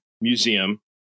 museum